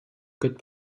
good